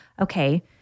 okay